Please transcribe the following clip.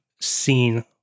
seen